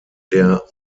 der